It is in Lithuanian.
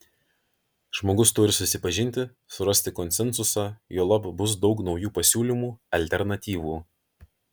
žmogus turi susipažinti surasti konsensusą juolab bus daug naujų pasiūlymų alternatyvų